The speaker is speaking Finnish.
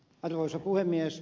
arvoisa puhemies